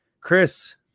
Chris